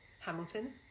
Hamilton